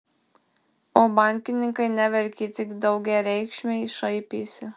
o bankininkai neverkė tik daugiareikšmiai šaipėsi